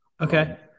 Okay